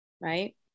right